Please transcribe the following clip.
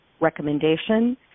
recommendation